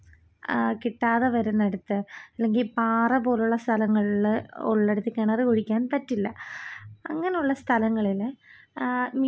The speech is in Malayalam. പിന്നെ എനിക്ക് ഏറ്റുവും കൂടുതൽ ഇഷ്ടപ്പെടുന്ന വാർത്തകളെന്ന് പറഞ്ഞു കഴിഞ്ഞാൽ കാണാൻ ആഗ്രഹിക്കുന്ന വാർത്തകൾ എന്നൊക്കെ പറഞ്ഞു കഴിഞ്ഞാൽ കായികം ഞാൻ കാണും വിനോദം കാണും ബിസിനസ്സ് സംബന്ധമായ വാർത്തകൾ ഞാൻ കാണും